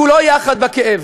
כולו יחד בכאב.